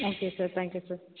okay sir thank you sir